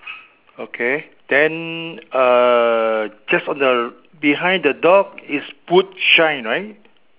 okay then uh just on the behind the dog is boot shine right